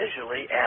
visually